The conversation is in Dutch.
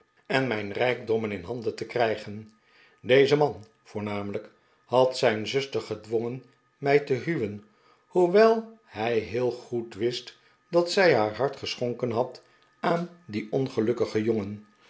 en mijn rijkdommen in handen te krijgen deze man voornamelijk had zijn zuster gedwongen mij te huwen hoewel hij heel goed wist dat zij haar hart geschonken had aan dien ongelukkigen jongen